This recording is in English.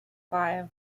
five